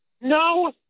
No